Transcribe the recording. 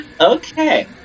Okay